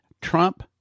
Trump